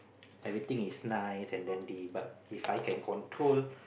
everything is nice and then they but If I can control